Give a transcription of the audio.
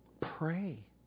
Pray